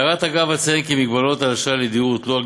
בהערת אגב אציין כי מגבלות על אשראי לדיור הוטלו גם